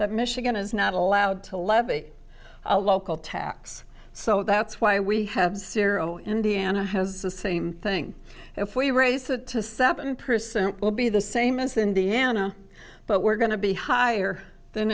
that michigan is not allowed to levy a local tax so that's why we have zero indiana has the same thing if we raise it to seven percent will be the same as the indiana but we're going to be higher than